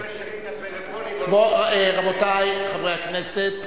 אם משאירים את הטלפונים --- רבותי חברי הכנסת,